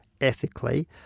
ethically